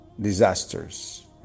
disasters